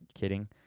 Kidding